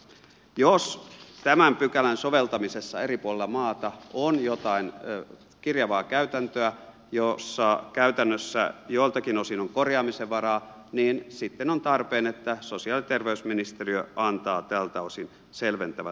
jos tämän pykälän soveltamisessa eri puolella maata on jotain kirjavaa käytäntöä jossa käytännössä joiltakin osin on korjaamisen varaa niin sitten on tarpeen että sosiaali ja terveysministeriö antaa tältä osin selventävät ohjeet